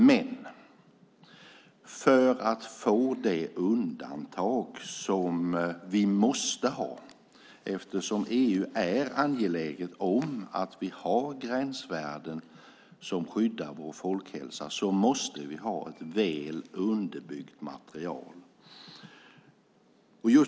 Men för att få det undantag som vi måste ha, eftersom EU är angeläget om att ha gränsvärden som skyddar vår folkhälsa, måste vi ha ett väl underbyggt material.